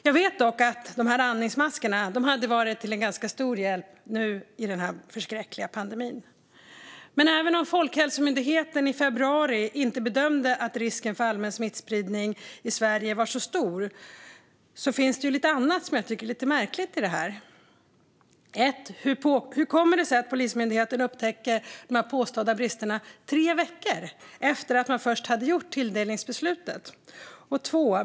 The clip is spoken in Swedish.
Jag vet dock att de här andningsmaskerna hade varit till ganska stor hjälp nu under den förskräckliga pandemin. Men även om Folkhälsomyndigheten i februari inte bedömde att risken för allmän smittspridning i Sverige var så stor finns det annat som jag tycker är lite märkligt i det här. För det första: Hur kom det sig att Polismyndigheten upptäckte de påstådda bristerna först tre veckor efter att man fattat tilldelningsbeslutet?